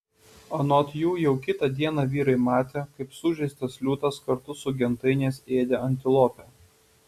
anot jų jau kitą dieną vyrai matė kaip sužeistas liūtas kartu su gentainiais ėdė antilopę